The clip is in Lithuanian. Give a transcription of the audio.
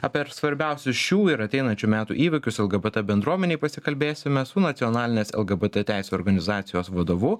apie svarbiausius šių ir ateinančių metų įvykius lgbt bendruomenei pasikalbėsime su nacionalinės lgbt teisių organizacijos vadovu